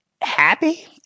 happy